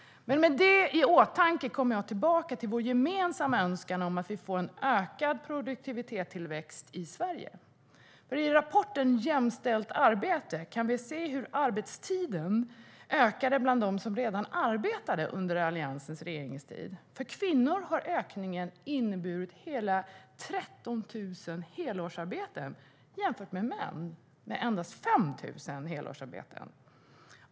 Med det i åtanke kommer jag dock tillbaka till vår gemensamma önskan om att få en ökad produktivitetstillväxt i Sverige. I rapporten Jämställt arbete ? kan vi se hur arbetstiden under Alliansens regeringstid ökade bland dem som redan arbetade. För kvinnor har ökningen inneburit hela 13 000 helårsarbeten, medan det för män endast blivit 5 000 helårsarbeten.